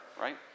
right